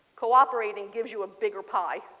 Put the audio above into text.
cooperateing gives you a bigger pie.